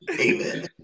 Amen